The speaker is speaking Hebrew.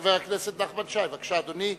חבר הכנסת נחמן שי, בבקשה, אדוני,